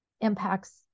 impacts